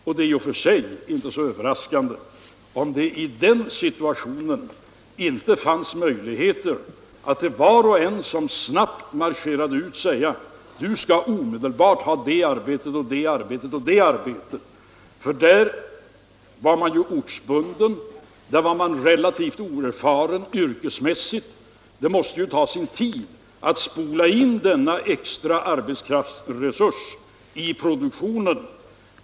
Och det är inte så överraskande att det i den situationen inte fanns möjligheter att till var och en som snabbt marscherade ut på arbetsmarknaden säga: Du skall ha det arbetet och du skall ha det arbetet. Kvinnorna var ortsbundna och relativt oerfarna yrkesmässigt. Det måste alltså ta sin tid att spola in denna extra arbetskraftsresurs i produktionen.